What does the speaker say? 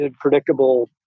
predictable